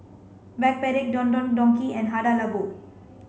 Backpedic Don Don Donki and Hada Labo